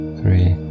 three